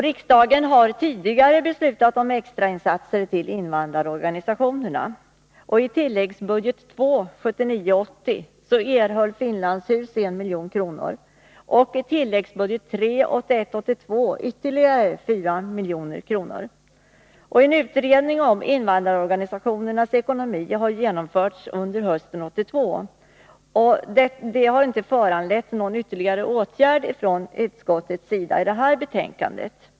Riksdagen har tidigare beslutat om extra insatser till invandrarorganisationerna. I tilläggsbudget 2 för 1979 82 ytterligare 4 milj.kr. En utredning om invandrarorganisationernas ekonomi har genomförts under hösten 1982. Detta har inte föranlett någon ytterligare åtgärd från utskottets sida i nu föreliggande betänkande.